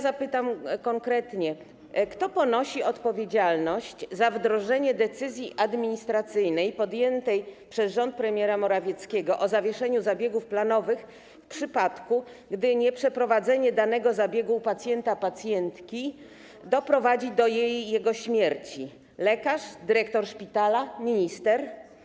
Zapytam konkretnie: Kto poniesie odpowiedzialność za wdrożenie decyzji administracyjnej podjętej przez rząd premiera Morawieckiego o zawieszeniu zabiegów planowych, w przypadku gdy nieprzeprowadzenie danego zabiegu u pacjenta, pacjentki doprowadzi do śmierci: lekarz, dyrektor szpitala, minister?